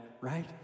right